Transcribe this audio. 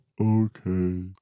Okay